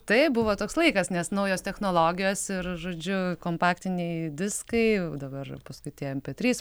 taip buvo toks laikas nes naujos technologijos ir žodžiu kompaktiniai diskai o dabar paskui tie mp trys